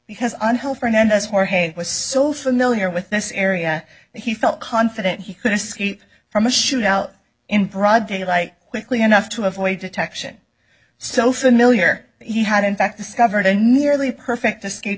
because on health for him that's more hey it was so familiar with this area he felt confident he could escape from a shoot out in broad daylight quickly enough to avoid detection so familiar he had in fact discovered a nearly perfect escape